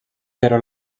però